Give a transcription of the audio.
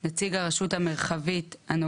הוא לא משלם מראש את מלוא הסכום.